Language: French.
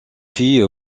fille